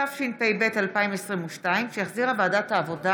התשפ"ב 2022, שהחזירה ועדת העבודה